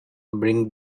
bring